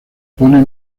pone